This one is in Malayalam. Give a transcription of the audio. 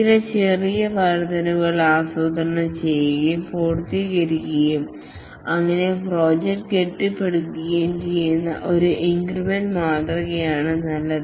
ചില ചെറിയ വർദ്ധനവുകൾ ആസൂത്രണം ചെയ്യുകയും പൂർത്തീകരിക്കുകയും അങ്ങനെ പ്രോജക്റ്റ് കെട്ടിപ്പടുക്കുകയും ചെയ്യുന്ന ഒരു വർദ്ധനവ് മാതൃകയാണ് നല്ലത്